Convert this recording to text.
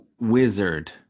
Wizard